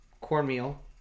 cornmeal